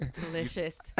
Delicious